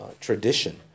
tradition